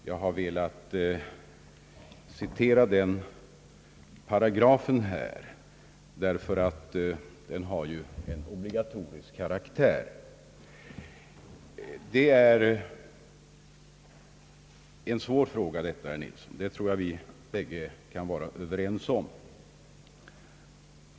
— Jag har velat citera denna paragraf här eftersom den ju har obligatorisk karaktär. Detta är en svår fråga, det tror jag att herr Nilsson och jag kan vara överens om.